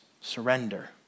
Surrender